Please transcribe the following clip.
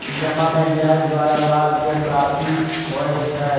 जमा में ब्याज द्वारा लाभ के प्राप्ति होइ छइ